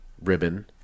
ribbon